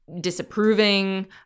disapproving